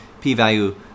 p-value